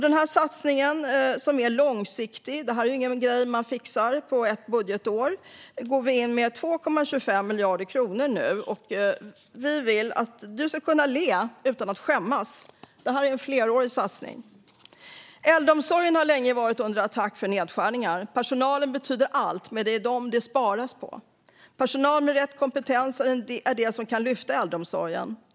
Det här är en långsiktig satsning - inget man fixar på ett budgetår. Vi går nu in med 2,25 miljarder kronor. Du ska kunna le utan att skämmas. Det här är en flerårig satsning. Äldreomsorgen har länge varit under attack i fråga om nedskärningar. Personalen betyder allt, men det är dem det sparas på. Personal med rätt kompetens är det som kan lyfta äldreomsorgen.